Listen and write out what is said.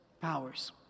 powers